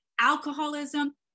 alcoholism